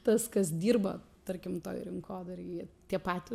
tas kas dirba tarkim toj rinkodaroj jie tie patys